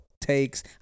takes